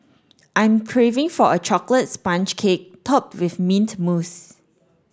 I'm craving for a chocolate sponge cake topped with mint mousse